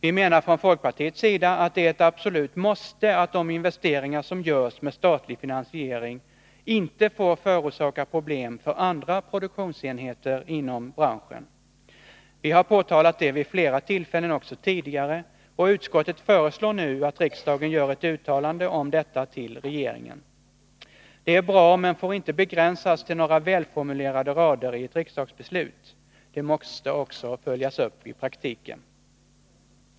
Vi menar från folkpartiets sida att det är ett absolut måste att de investeringar som görs med statlig finansiering inte får förorsaka problem för andra produktionsenheter inom branschen. Vi har framhållit det vid flera tillfällen också tidigare. Utskottet föreslår nu att riksdagen gör ett uttalande om detta till regeringen. Det är bra, men det får inte begränsas till några välformulerade rader i ett riksdagsbeslut. Det måste också följas upp i praktiken.